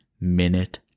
Minute